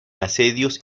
asedios